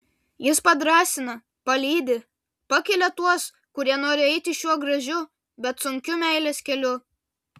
jis padrąsina palydi pakelia tuos kurie nori eiti šiuo gražiu bet sunkiu meilės keliu